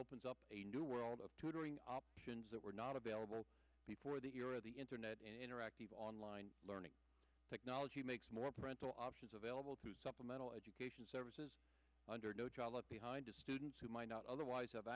opens up a new world of tutoring options that were not available before the year at the internet interactive online learning technology makes more parental options available to supplemental education services under no child left behind to students who might not otherwise have